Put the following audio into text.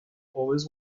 always